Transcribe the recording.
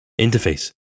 interface